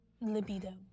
Libido